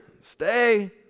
Stay